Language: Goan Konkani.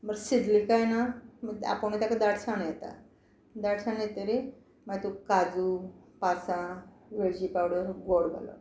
बरें शिजलें काय ना आपूण ताका दाटसाण येता दाटसाण येतरीर मागीर तूं काजू पांसां वेळची पावडर गोड घालप